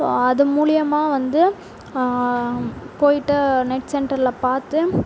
so அது மூலயமா வந்து போய்விட்டு நெட் சென்டரில் பார்த்து